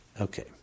Okay